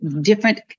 different